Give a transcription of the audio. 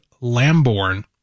Lamborn